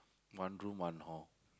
one room one hall